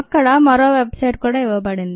అక్కడ మరో website కూడా ఇవ్వబడింది